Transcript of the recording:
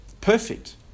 Perfect